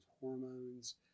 hormones